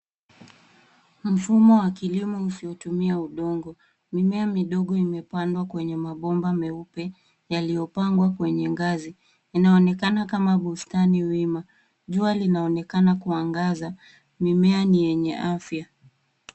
Mfumo wa kilimo usiotumia udongo. Mimea midogo imepandwa kwenye mabomba meupe yaliyopangwa kwenye ngazi. Inaonekana kama bustani wima. Jua linaonekana kuangaza. Mimea ni yenye afya.